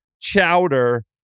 chowder